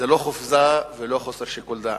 זה לא חופזה ולא חוסר שיקול דעת.